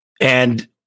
And-